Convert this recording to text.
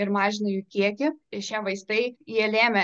ir mažina jų kiekį ir šie vaistai jie lėmė